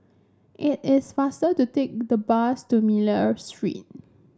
it is faster to take the bus to Miller Street